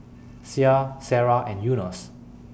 Syah Sarah and Yunos